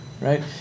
right